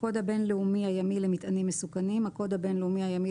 "הקוד הבין-לאומי הימי למטענים מסוכנים" הקוד הבין-לאומי הימי